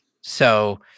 So-